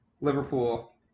Liverpool